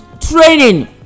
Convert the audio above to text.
training